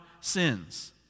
sins